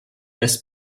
west